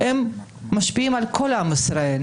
הן משפיעות על כל עם ישראל.